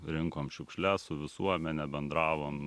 rinkom šiukšles su visuomene bendravom